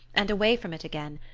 and away from it again,